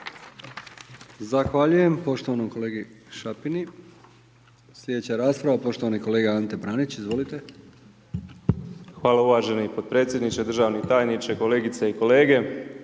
Hvala uvaženi potpredsjedniče, državni tajniče, kolegice i kolege.